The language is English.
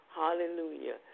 Hallelujah